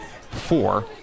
four